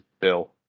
bill